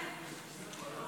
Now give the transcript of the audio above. כבוד